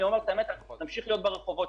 אנחנו נמשיך להיות ברחובות.